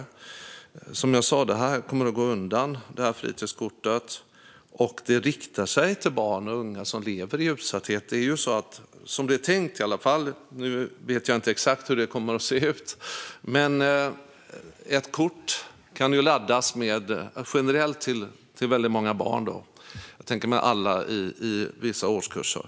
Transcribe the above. Men som jag sa kommer det att gå undan med fritidskortet, och det riktar sig till barn och unga som lever i utsatthet. Jag vet inte exakt hur kortet kommer att se ut, men generellt kan ett kort laddas för väldigt många barn, till exempel alla i vissa årskurser.